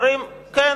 אומרים, כן,